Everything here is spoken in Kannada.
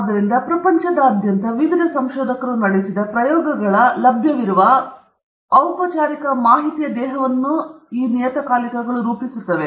ಆದ್ದರಿಂದ ಪ್ರಪಂಚದಾದ್ಯಂತದ ವಿವಿಧ ಸಂಶೋಧಕರು ನಡೆಸಿದ ಪ್ರಯೋಗಗಳ ಲಭ್ಯವಿರುವ ಔಪಚಾರಿಕ ಮಾಹಿತಿಯ ದೇಹವನ್ನು ಇದು ರೂಪಿಸುತ್ತದೆ